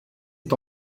est